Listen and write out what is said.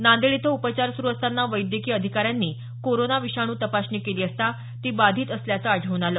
नांदेड इथं उपचार सुरू असताना वैद्यकीय अधिकाऱ्यांनी कोरोना विषाणू तपासणी केली असता ती बाधित असल्याचं आढळून आलं